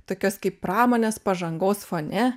tokios kaip pramonės pažangos fone